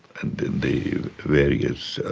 and the various